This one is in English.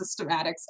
systematics